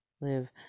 live